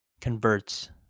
converts